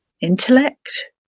intellect